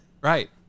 right